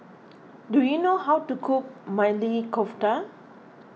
do you know how to cook Maili Kofta